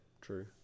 true